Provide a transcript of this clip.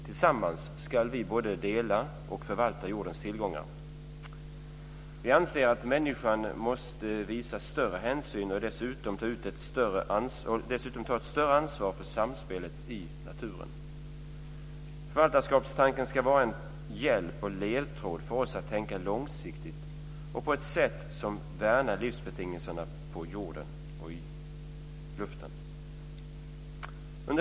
Tillsammans ska vi både dela och förvalta jordens tillgångar. Vi anser att människan måste visa större hänsyn och dessutom ta ett större ansvar för samspelet i naturen. Förvaltarskapstanken kan vara en hjälp och en ledtråd som får oss att tänka långsiktigt och på ett sätt som värnar livsbetingelserna på jorden och i luften.